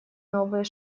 новые